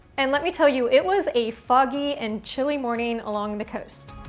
and let me tell you, it was a foggy and chilly morning along the coast.